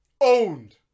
Owned